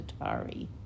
Atari